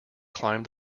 climbed